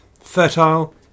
fertile